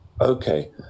Okay